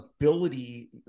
ability